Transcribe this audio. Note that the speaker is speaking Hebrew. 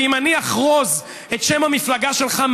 ואם אני אחרוז את שם המפלגה שלך,